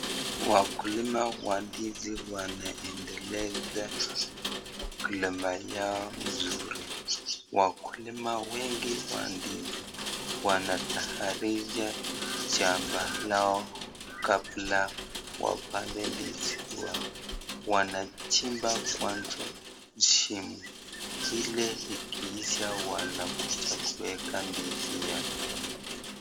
Wakulima wa ndizi wanaendeleza ukulima wao vizuri . Wakulima wengi wa ndizi wanatayarisha shamba lao kabla wapande ndizi yao. Wanachimba kwanza shimo Ili ikiisha wanakuja kuweka ndizi yao.